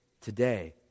today